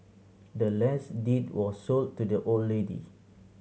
the land's deed was sold to the old lady